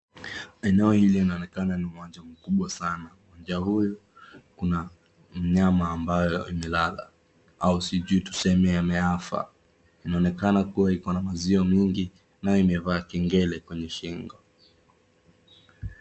eneo hili linaonekana ni mwanzo mkubwa sana ,kuna mnyama ambayo imelala au sijui tuseme ameaga inaokena kuwa ikona maziwa mingi na imevaa kengele kwenye shingo